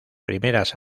primeras